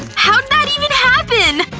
how'd that even happen!